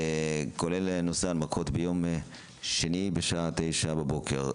כולל נושא ההנמקות ביום שני בשעה תשע בבוקר,